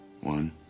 One